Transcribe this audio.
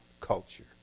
culture